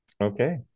Okay